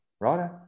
Right